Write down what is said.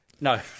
No